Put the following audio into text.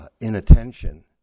inattention